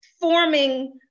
forming